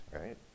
right